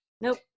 Nope